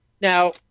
Now